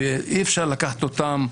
ואי-אפשר לקחת אותם כדוגמה,